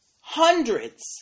hundreds